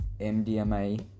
MDMA